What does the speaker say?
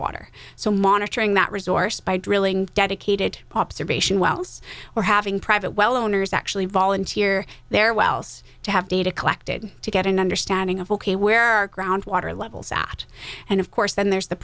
water so monitoring that resource by drilling dedicated observation wells or having private well owners actually volunteer their wells to have data collected to get an understanding of ok where our ground water levels at and of course then there's the